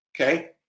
Okay